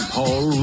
Paul